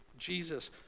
Jesus